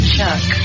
Chuck